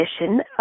edition